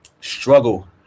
struggle